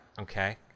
Okay